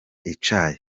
icyayi